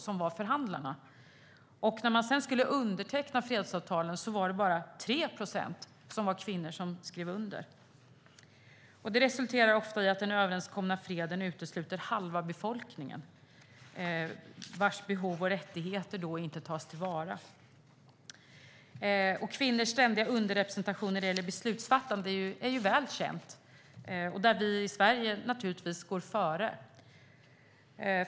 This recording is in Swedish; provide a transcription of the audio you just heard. Och när fredsavtalen skulle undertecknas var bara 3 procent av dem som skrev under kvinnor. Det resulterar ofta i att den överenskomna freden utesluter halva befolkningen, vars behov och rättigheter inte tas i beaktande. Kvinnors ständiga underrepresentation när det gäller beslutsfattande är väl känt. Vi i Sverige går naturligtvis före där.